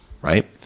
right